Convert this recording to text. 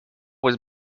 was